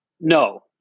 No